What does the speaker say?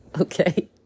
Okay